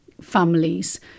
families